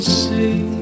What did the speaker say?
see